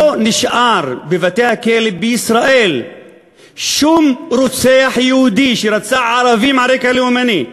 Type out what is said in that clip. לא נשאר בבתי-הכלא בישראל שום רוצח יהודי שרצח ערבים על רקע לאומני.